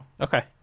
Okay